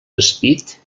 despit